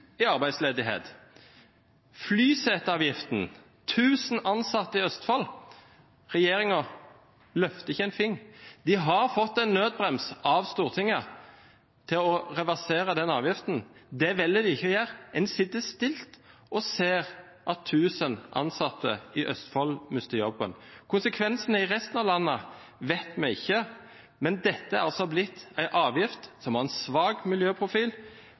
Flyseteavgiften, 1 000 ansatte i Østfold: Regjeringen løfter ikke en finger. De har fått en nødbrems av Stortinget til å reversere den avgiften. Det velger de ikke å gjøre. En sitter stille og ser at 1 000 ansatte i Østfold mister jobben. Konsekvensene i resten av landet vet vi ikke. Men dette er altså blitt en avgift som har en svak miljøprofil.